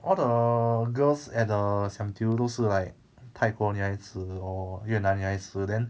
all the girls at the siam diu 都是 like 泰国女孩子 or 越南女孩子 then